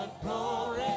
Glory